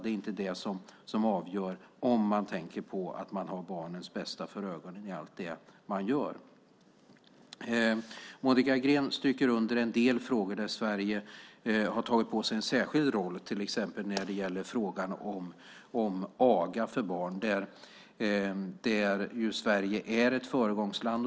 Det är inte det som avgör om man tänker på att man ska ha barnens bästa för ögonen i allt det man gör. Monica Green stryker under en del frågor där Sverige har tagit på sig en särskild roll, till exempel när det gäller frågan om aga av barn. Där är Sverige ett föregångsland.